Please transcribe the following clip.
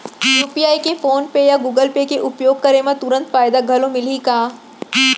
UPI के PhonePe या Google Pay के उपयोग करे म तुरंत फायदा घलो मिलही का?